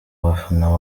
abafana